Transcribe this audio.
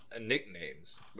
nicknames